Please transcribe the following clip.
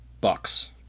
Bucks